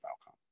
outcome